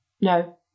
No